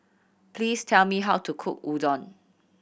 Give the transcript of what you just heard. please tell me how to cook Udon